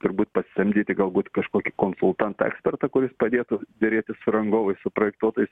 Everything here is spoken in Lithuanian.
turbūt pasisamdyti galbūt kažkokį konsultantą ekspertą kuris padėtų derėtis su rangovais su projektuotojais